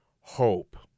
Hope